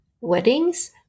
weddings